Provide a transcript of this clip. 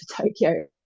Tokyo